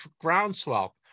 groundswell